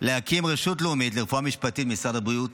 שמבקשים להקים רשות לאומית לרפואה משפטית במשרד הבריאות.